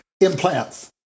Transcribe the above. Implants